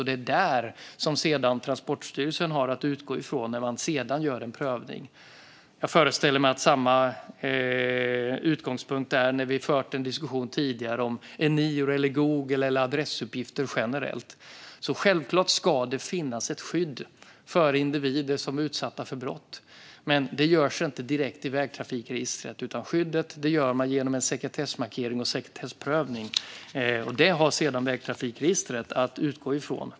Det är detta Transportstyrelsen har att utgå ifrån när man sedan gör en prövning. Jag föreställer mig att det är samma utgångspunkt när det gäller det vi har fört en diskussion om tidigare - Eniro, Google eller adressuppgifter generellt. Självklart ska det finnas ett skydd för individer som är utsatta för brott, men det görs inte direkt i vägtrafikregistret. Skyddet görs genom en sekretessmarkering och en sekretessprövning, och det har sedan vägtrafikregistret att utgå ifrån.